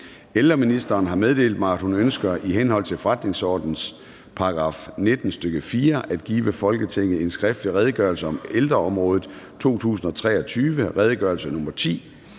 Kierkgaard) har meddelt mig, at hun ønsker i henhold til forretningsordenens § 19, stk. 4, at give Folketinget en skriftlig Redegørelse om ældreområdet 2023. (Redegørelse nr. R